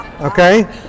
Okay